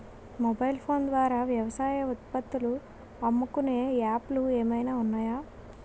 Mobile phone ద్వారా వ్యవసాయ ఉత్పత్తులు అమ్ముకునే యాప్ లు ఏమైనా ఉన్నాయా?